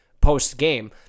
post-game